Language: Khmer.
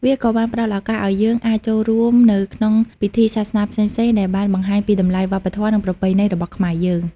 វាក៏បានផ្តល់ឱកាសឱ្យយើងអាចចូលរួមនៅក្នុងពិធីសាសនាផ្សេងៗ ដែលបានបង្ហាញពីតម្លៃវប្បធម៌និងប្រពៃណីរបស់ខ្មែរយើង។